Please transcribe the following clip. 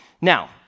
Now